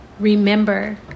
Remember